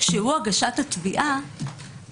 הגשת התביעה,